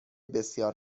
بسیار